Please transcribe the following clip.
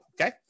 Okay